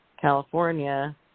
California